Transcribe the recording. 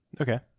Okay